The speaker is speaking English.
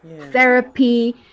therapy